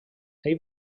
ell